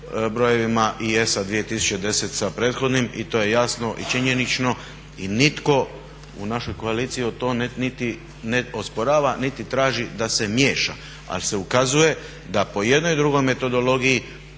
brojevima i ESA 2010. sa prethodnim i to je jasno i činjenično. I nitko u našoj koaliciji u to niti osporava niti traži da se miješa. Ali se ukazuje da po jednoj drugoj metodologiji